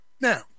Now